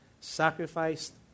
sacrificed